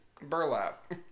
burlap